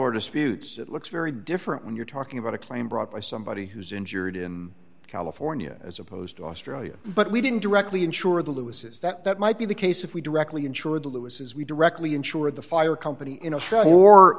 our disputes it looks very different when you're talking about a claim brought by somebody who's injured in california as opposed to australia but we didn't directly insure the lewises that that might be the case if we directly ensured louis's we directly insured the fire company